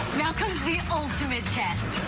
now comes the ultimate test.